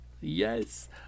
Yes